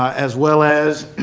ah as well as